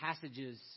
passages